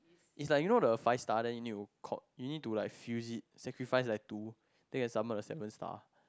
it's like you know the five star then you need to caught you need to like fuse it sacrifice like two then you can summon the seven star